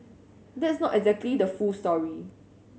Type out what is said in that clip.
that's not exactly the full story